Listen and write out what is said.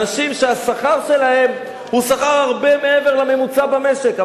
אנשים שהשכר שלהם הוא שכר הרבה מעבר לממוצע במשק,